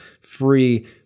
free